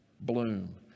bloom